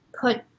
put